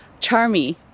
Charmy